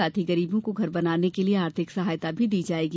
साथ ही गरीबों को घर बनाने के लिये आर्थिक सहायता भी दी जायेगी